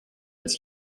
als